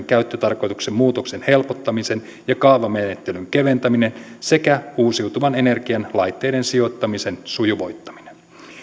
käyttötarkoituksen muutoksen helpottaminen ja kaavamenettelyn keventäminen sekä uusiutuvan energian laitteiden sijoittamisen sujuvoittaminen